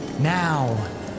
Now